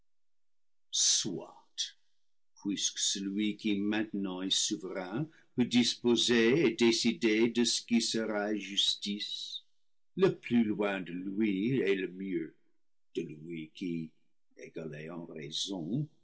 soit puisque celui qui maintenant est souverain peut disposer et décider de ce qui sera justice le plus loin de lui est le mieux de lui qui égalé en raison